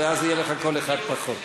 ואז יהיה לך קול אחד פחות.